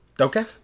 okay